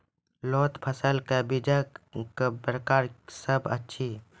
लोत फसलक बीजक प्रकार की सब अछि?